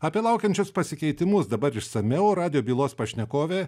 apie laukiančius pasikeitimus dabar išsamiau radijo bylos pašnekovė